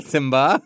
Simba